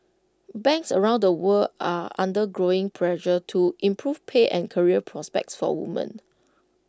banks around the world are under growing pressure to improve pay and career prospects for women